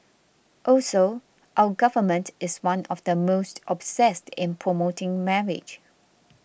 also our Government is one of the most obsessed in promoting marriage